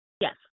Yes